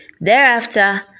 Thereafter